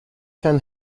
ten